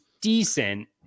decent